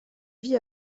vit